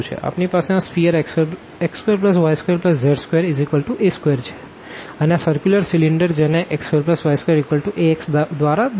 આપણી પાસે આ સ્ફીઅર x2y2z2a2 છે અને આ સર્ક્યુલર સીલીન્ડર જેને x2y2ax દ્વારા દર્શાવ્યું છે